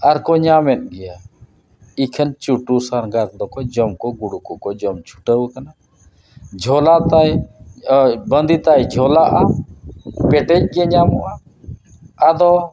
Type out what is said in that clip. ᱟᱨ ᱠᱚ ᱧᱟᱢᱮᱫ ᱜᱮᱭᱟ ᱤᱠᱷᱟᱹᱱ ᱪᱩᱴᱩ ᱥᱟᱨᱜᱟ ᱫᱚᱠᱚ ᱡᱚᱢ ᱠᱚ ᱜᱩᱰᱩ ᱠᱚᱠᱚ ᱡᱚᱢ ᱪᱷᱩᱴᱟᱹᱣ ᱠᱟᱱᱟ ᱡᱷᱚᱞᱟ ᱛᱟᱭ ᱵᱟᱺᱫᱤ ᱛᱟᱭ ᱡᱷᱚᱞᱟᱜᱼᱟ ᱠᱮᱴᱮᱡ ᱜᱮ ᱧᱟᱢᱚᱜᱼᱟ ᱟᱫᱚ